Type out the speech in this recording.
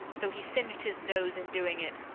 though he singed his nose in doing it.